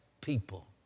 people